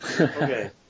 Okay